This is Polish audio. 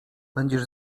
będziesz